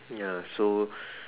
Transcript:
ya so